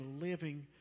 living